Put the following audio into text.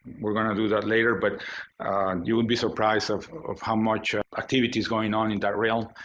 we're going to do that later. but you would be surprised of of how much activity is going on in that realm.